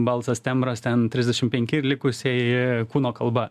balsas tembras ten trisdešim penki ir likusieji kūno kalba